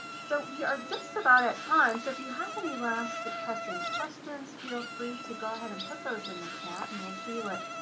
so we are just about at time. so if you have any last pressing questions, feel free to go ahead and put those in the chat and we'll see what